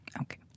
Okay